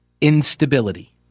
Instability